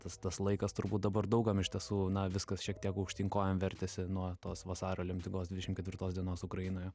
tas tas laikas turbūt dabar daug kam iš tiesų na viskas šiek tiek aukštyn kojom vertėsi nuo tos vasario lemtingos dvidešim ketvirtos dienos ukrainoje